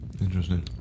Interesting